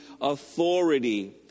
authority